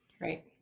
Right